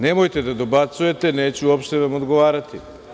Nemojte da dobacujete, neću vam uopšte odgovarati.